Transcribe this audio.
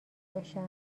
باشم